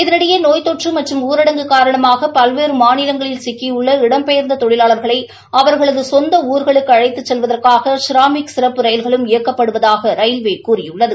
இதனிடையே நோய் தொற்று மற்றும் ஊரடங்கு காரணமாக பல்வேறு மாநிலங்களில் சிக்கியுள்ள இடம்பெயர்ந்த தொழிலாளர்களை அவர்களது சொந்த ஊர்களுக்கு அழழத்துச் செல்வதற்காக ஷ்ராமிக் சிறப்பு ரயில்களும் இயக்கப்படுவதாக ரயில்வே கூறியுள்ளது